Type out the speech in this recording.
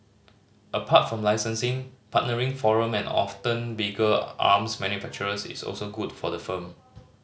apart from licensing partnering foreign and often bigger arms manufacturers is also good for the firm